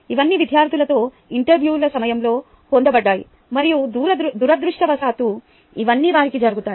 ఇవన్నీ విద్యార్థులతో ఇంటర్వ్యూల సమయంలో పొందబడ్డాయి మరియు దురదృష్టవశాత్తు ఇవన్నీ వారికి జరుగుతాయి